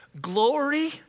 Glory